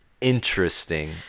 interesting